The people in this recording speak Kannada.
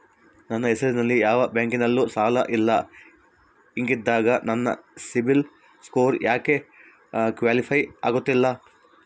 ನನ್ನ ಹೆಸರಲ್ಲಿ ಯಾವ ಬ್ಯಾಂಕಿನಲ್ಲೂ ಸಾಲ ಇಲ್ಲ ಹಿಂಗಿದ್ದಾಗ ನನ್ನ ಸಿಬಿಲ್ ಸ್ಕೋರ್ ಯಾಕೆ ಕ್ವಾಲಿಫೈ ಆಗುತ್ತಿಲ್ಲ?